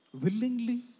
Willingly